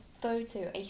photo